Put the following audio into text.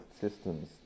systems